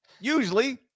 Usually